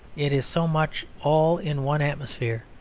it is so much all in one atmosphere,